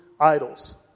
idols